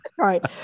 right